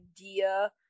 idea